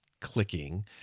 clicking